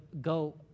go